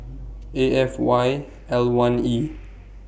A F Y one E